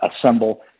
assemble